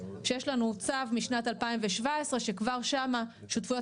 שיש לנו צו משנת 2017 שכבר שם שותפויות